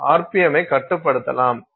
எம்ஐக் கட்டுப்படுத்தலாம்